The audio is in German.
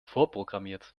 vorprogrammiert